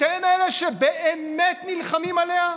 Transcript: אתם אלה שבאמת נלחמים עליה?